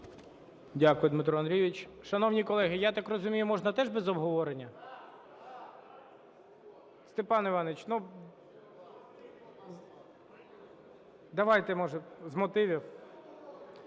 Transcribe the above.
Дякую, Дмитро Андрійович. Шановні колеги, я так розумію, можна теж без обговорення? Степан Іванович, ну… Давайте, може, з мотивів.